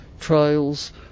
trials